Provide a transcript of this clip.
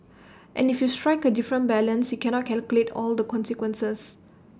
and if you strike A different balance you cannot calculate all the consequences